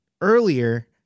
earlier